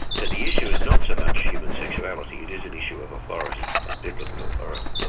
so the issue is not so much human sexuality, it is an issue of authority and biblical authority.